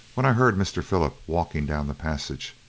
when i heard mr. philip walking down the passage,